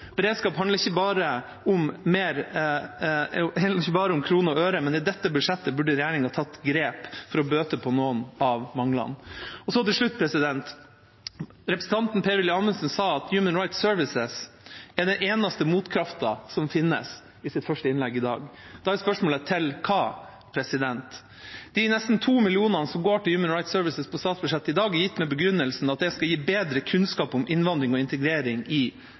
handler ikke bare om kroner og øre, men i dette budsjettet burde regjeringa tatt grep for å bøte på noen av manglene. Så til slutt: Representanten Per-Willy Amundsen sa i sitt første innlegg i dag at Human Rights Service er den eneste motkraften som finnes. Da er spørsmålet: Til hva? De nesten 2 mill. kr som går til Human Rights Service på statsbudsjettet i dag, er gitt med begrunnelsen at det skal gi bedre kunnskap om innvandring og integrering i